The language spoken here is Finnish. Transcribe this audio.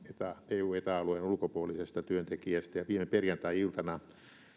eu ja eta alueen ulkopuolisesta työntekijästä ja viime perjantai iltana